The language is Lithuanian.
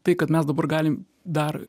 tai kad mes dabar galim dar